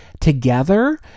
together